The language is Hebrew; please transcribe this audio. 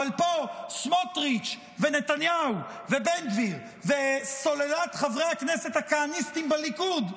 אבל פה סמוטריץ' ונתניהו ובן גביר וסוללת חברי הכנסת הכהניסטים בליכוד,